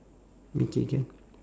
okay can